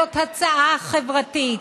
זאת הצעה חברתית.